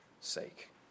sake